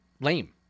lame